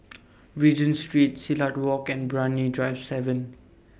Regent Street Silat Walk and Brani Drive seven